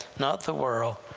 not the world,